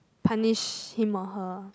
punish him or her